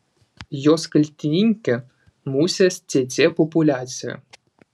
jos kaltininkė musės cėcė populiacija